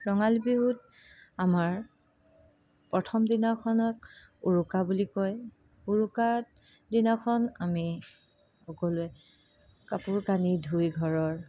ৰঙালী বিহুত আমাৰ প্ৰথম দিনাখনত উৰুকা বুলি কয় উৰুকা দিনাখনত আমি সকলোৱে কাপোৰ কানি ধুই ঘৰৰ